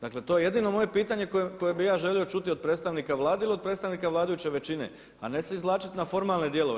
Dakle, to je jedino moje pitanje koje bih ja želio čuti od predstavnika Vlade ili od predstavnika vladajuće većine, a ne se izvlačiti na formalne dijelove.